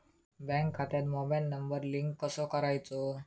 Bank खात्यात mobile number link कसो करायचो?